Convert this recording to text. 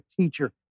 teacher